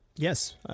Yes